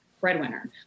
breadwinner